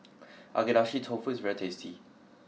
Agedashi Dofu is very tasty